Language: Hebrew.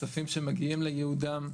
כספים שמגיעים לייעודם,